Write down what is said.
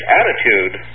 attitude